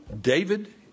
David